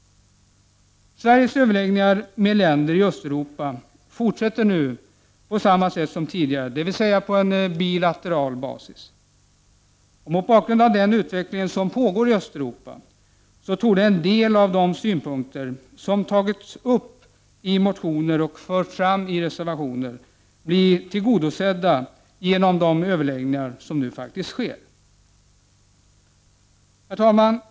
Sveriges överläggningar med länder i Östeuropa fortsätter nu på samma sätt som tidigare, dvs. på bilateral basis. Mot bakgrund av den utveckling som pågår i Östeuropa torde en del av de synpunkter som tagits upp i motioner och förts fram i reservationer bli tillgodosedda genom de överläggningar som nu faktiskt pågår. Herr talman!